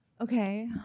Okay